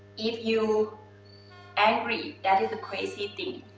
if you angry, that is the crazy thing.